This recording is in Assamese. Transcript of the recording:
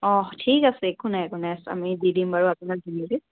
অ' ঠিক আছে একো নাই একো নাই আমি দি দিম বাৰু আপোনাক ধুনীয়াকৈ